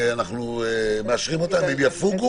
מאז שאנחנו מאשרים אותם הם יפוגו.